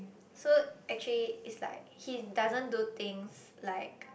so actually is like he doesn't do things like